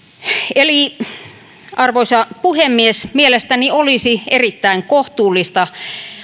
arvoisa puhemies mielestäni olisi erittäin kohtuullista